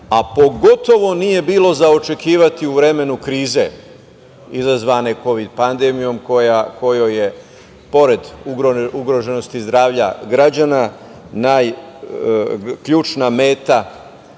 a pogotovo nije bilo za očekivati u vremenu krize izazvane kovid pandemijom kojoj je pored ugroženosti zdravlja građana ključna meta